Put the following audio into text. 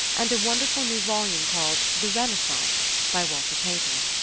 and a wonderful new volume called the renaissance by walter pater.